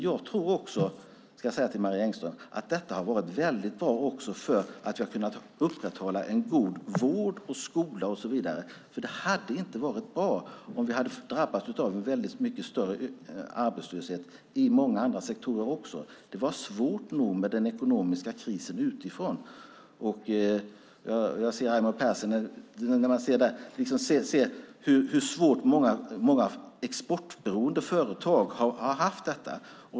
Jag vill säga till Marie Engström att detta har varit bra för god vård, skola och så vidare. Det hade inte varit bra om vi hade drabbats av en mycket större arbetslöshet i också många andra sektorer. Det var svårt nog med den ekonomiska krisen utifrån. Jag ser att Raimo Pärssinen sitter här framme. Jag tänker på hur svårt många exportberoende företag har haft det.